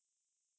brochure